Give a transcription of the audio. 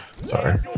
sorry